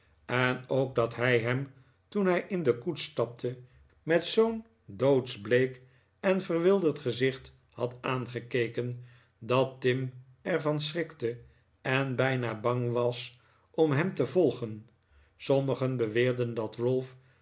en ook dat hij hem toen hij in de koets stapte met zoo'n doodsmeek en verwilderd gezicht had aangekeken dat tim er van schrikte en bijna bang was om hem te volgen sommigen beweerden dat ralph